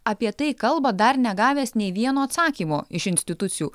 apie tai kalba dar negavęs nei vieno atsakymo iš institucijų